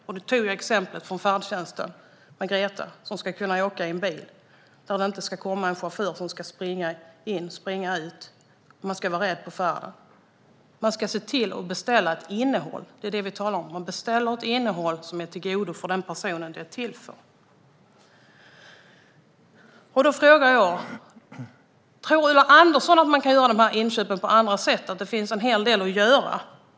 Jag tog exemplet från färdtjänsten med Greta, som ska kunna åka i en bil med en chaufför som inte ska behöva springa in och springa ut, och hon ska inte vara rädd under färden. Man ska se till att beställa ett innehåll. Det är det vi talar om: Man beställer ett innehåll som är av godo för den person det är till för. Tror Ulla Andersson att inköpen kan göras på andra sätt? Det finns en hel del att göra.